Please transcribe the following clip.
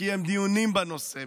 שקיים דיונים בנושא,